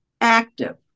active